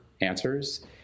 answers